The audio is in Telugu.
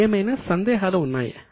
ఏమైనా సందేహాలు ఉన్నాయా